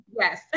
Yes